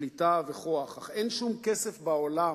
שליטה וכוח, אך אין שום כסף בעולם